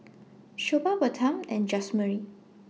Shelba Bertram and Jazmyne